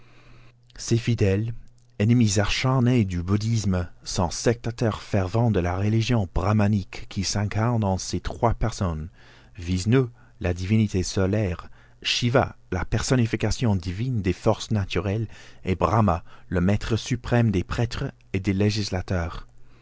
ennemis acharnés du bouddhisme sont sectateurs fervents de la religion brahmanique qui s'incarne en ces trois personnes whisnou la divinité solaire shiva la personnification divine des forces naturelles et brahma le maître suprême des prêtres et des législateurs